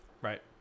right